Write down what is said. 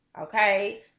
Okay